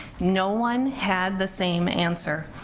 no one had the same answer.